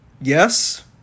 Yes